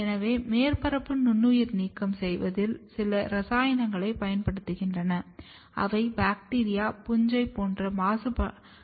எனவே மேற்பரப்பு நுண்ணுயிர் நீக்கம் செய்வதில் சில இரசாயனங்கள் பயன்படுத்தப்படுகின்றன அவை பாக்டீரியா பூஞ்சை போன்ற மாசுபாட்டைக் கொல்லும்